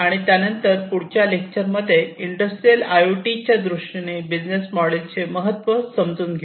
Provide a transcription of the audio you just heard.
आणि त्यानंतर पुढच्या लेक्चर मध्ये इंडस्ट्रियल आय ओ टी च्या दृष्टीने बिझनेस मोडेल चे महत्त्व समजून घेऊ